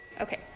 Okay